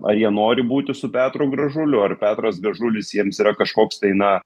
ar jie nori būti su petru gražuliu ar petras gražulis jiems yra kažkoks tai na